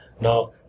Now